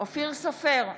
אופיר סופר,